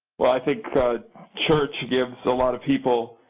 well i think church gives a lot of people